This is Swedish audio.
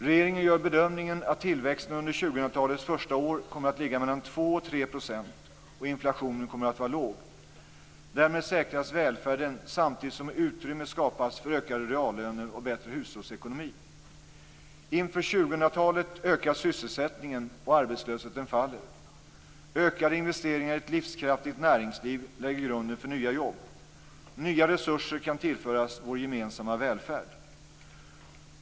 Regeringen gör bedömningen att tillväxten under 2000-talets första år kommer att ligga mellan 2 och 3 %, och inflationen kommer att vara låg. Därmed säkras välfärden, samtidigt som utrymme skapas för ökade reallöner och bättre hushållsekonomi. Inför 2000-talet ökar sysselsättningen och arbetslösheten faller. Ökade investeringar i ett livskraftigt näringsliv lägger grunden för nya jobb. Nya resurser kan tillföras vår gemensamma välfärd.